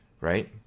Right